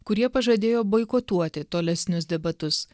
kurie pažadėjo boikotuoti tolesnius debatus